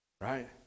right